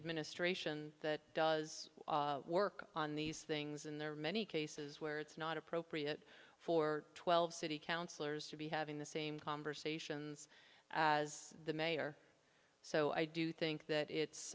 administration that does work on these things and there are many cases where it's not appropriate for twelve city councillors to be having the same conversations as the mayor so i do think that